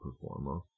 performer